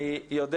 אני יודע